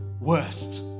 worst